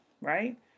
right